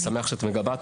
אני שמח שאת מגבה.